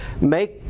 make